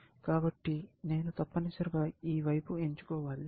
కాబట్టి నేను తప్పనిసరిగా ఈ వైపు ఎంచుకోవాలి